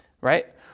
right